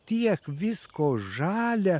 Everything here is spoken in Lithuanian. tiek visko žalia